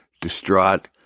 distraught